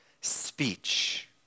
speech